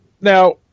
Now